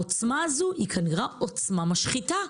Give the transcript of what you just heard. העוצמה הזו היא כנראה עוצמה משחיתה.